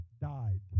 died